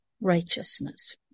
Righteousness